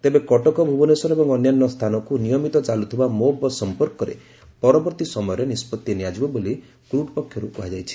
ତେବେ କଟକ ଭୁବନେଶ୍ୱର ଏବଂ ଅନ୍ୟାନ୍ୟ ସ୍ତାନକୁ ନିୟମିତ ଚାଲୁଥିବା ମୋ ବସ୍ ସମ୍ପର୍କରେ ପରବର୍ତ୍ତୀ ସମୟରେ ନିଷ୍ବଉ ନିଆଯିବ ବୋଲି କ୍କୁଟ୍ ପକ୍ଷରୁ କୁହାଯାଇଛି